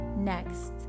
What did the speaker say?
Next